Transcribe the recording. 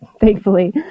thankfully